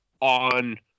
on